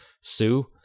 sue